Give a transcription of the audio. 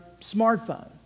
smartphone